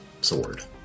sword